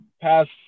past